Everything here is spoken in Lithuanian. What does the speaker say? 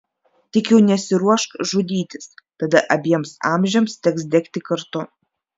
tik jau nesiruošk žudytis tada abiems amžiams teks degti kartu